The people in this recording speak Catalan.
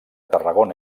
tarragona